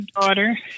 daughter